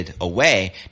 away